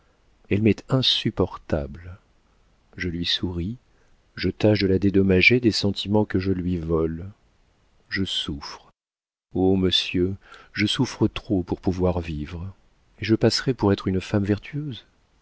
elle m'est insupportable je lui souris je tâche de la dédommager des sentiments que je lui vole je souffre oh monsieur je souffre trop pour pouvoir vivre et je passerai pour être une femme vertueuse